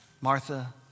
Martha